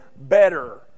better